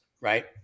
right